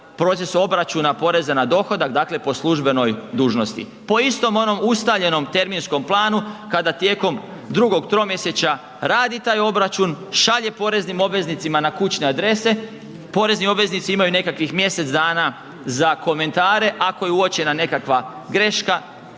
proces obračuna poreza na dohodak, dakle po službenoj dužnosti. Po istom onom ustaljenom terminskom planu kada tijekom drugog tromjesečja radi taj obračun, šalje poreznim obveznicima na kućne adrese, porezni obveznici imaju nekakvih mjesec dana za komentare ako je uočena nekakva greška,